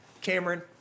Cameron